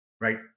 Right